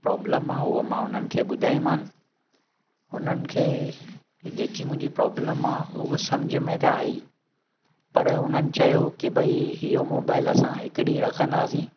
problem आहे उहो मां हुननि खे ॿुधाई मां उन्हनि खे जेकी मुंहिंजी प्रॉब्लम आहे उहा सम्झ में त आई पर हुननि चयो की भई इहो मोबाइल असां हिकु ॾींहुं रखंदासीं